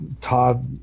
Todd